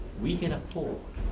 we can afford